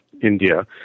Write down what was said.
India